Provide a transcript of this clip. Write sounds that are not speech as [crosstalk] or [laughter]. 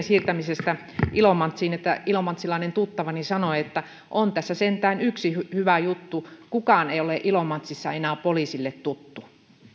[unintelligible] siirtämisestä ilomantsiin että ilomantsilainen tuttavani sanoi että on tässä sentään yksi hyvä juttu kukaan ei ole ilomantsissa enää poliisille tuttu